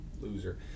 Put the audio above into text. loser